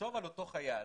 תחשוב על אותו חייל